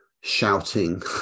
shouting